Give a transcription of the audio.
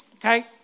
Okay